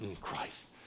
Christ